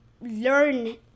learn